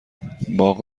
باغ